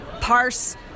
parse